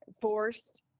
forced